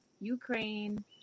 ukraine